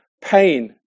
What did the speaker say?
pain